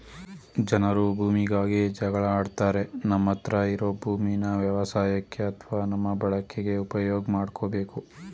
ಜನರು ಭೂಮಿಗಾಗಿ ಜಗಳ ಆಡ್ತಾರೆ ನಮ್ಮತ್ರ ಇರೋ ಭೂಮೀನ ವ್ಯವಸಾಯಕ್ಕೆ ಅತ್ವ ನಮ್ಮ ಬಳಕೆಗೆ ಉಪ್ಯೋಗ್ ಮಾಡ್ಕೋಬೇಕು